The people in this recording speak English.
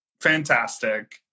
fantastic